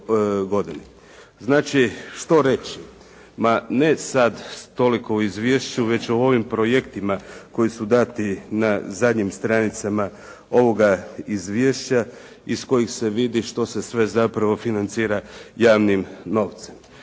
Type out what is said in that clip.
Znači, što reći? Ma ne sad toliko o izvješću, već o ovim projektima koji su dati na zadnjim stranicama ovoga izvješća, iz kojih se vidi što se sve zapravo financira javnim novcem.